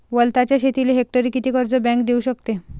वलताच्या शेतीले हेक्टरी किती कर्ज बँक देऊ शकते?